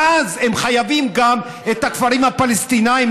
ואז הם חייבים גם את הכפרים הפלסטינים,